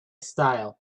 style